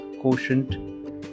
quotient